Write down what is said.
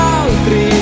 altri